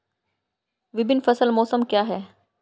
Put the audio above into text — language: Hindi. विभिन्न फसल मौसम क्या हैं?